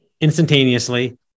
instantaneously